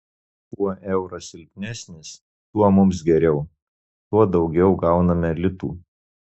kuo euras silpnesnis tuo mums geriau tuo daugiau gauname litų